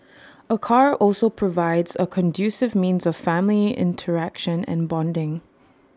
A car also provides A conducive means of family interaction and bonding